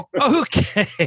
okay